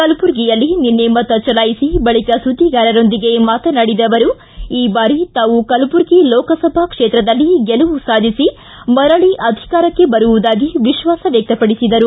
ಕಲಬುರಗಿಯಲ್ಲಿ ನಿನ್ನೆ ಮತ ಚಲಾಯಿಸಿ ಬಳಕ ಸುದ್ದಿಗಾರರೊಂದಿಗೆ ಮಾತನಾಡಿದ ಅವರು ಈ ಬಾರಿ ತಾವು ಕಲಬುರಗಿ ಲೋಕಸಭಾ ಕ್ಷೇತ್ರದಲ್ಲಿ ಗೆಲುವು ಸಾಧಿಸಿ ಮರಳಿ ಅಧಿಕಾರಕ್ಕೆ ಬರುವುದಾಗಿ ವಿಶ್ವಾಸ ವ್ಯಕ್ತಪಡಿಸಿದರು